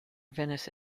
venice